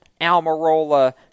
Almirola